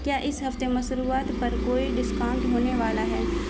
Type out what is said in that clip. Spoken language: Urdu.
کیا اس ہفتے مسروبات پر کوئی ڈسکاؤنٹ ہونے والا ہے